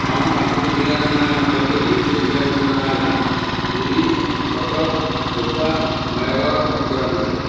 ହଁ ମୁଁ ପାଞ୍ଚୋଟି ଜିଲ୍ଲାର ନାଁ କହିପାରିବି ସେହି ଜିଲ୍ଲା ଗୁଡ଼ିକ ନାଁ ହେଲା ପୁରୀ କଟକ ଖୋର୍ଦ୍ଧା ନୟାଗଡ଼ ଓ କୋରାପୁଟ ଜିଲ୍ଲା